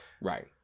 Right